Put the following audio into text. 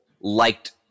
liked –